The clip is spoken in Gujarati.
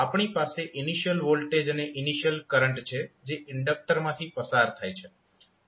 આપણી પાસે ઇનિશિયલ વોલ્ટેજ અને ઇનિશિયલ કરંટ છે જે ઇન્ડક્ટરમાંથી પસાર થાય છે